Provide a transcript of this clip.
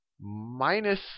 minus